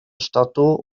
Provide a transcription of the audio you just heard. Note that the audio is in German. statur